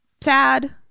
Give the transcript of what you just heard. sad